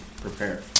prepare